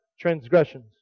transgressions